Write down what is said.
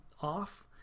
off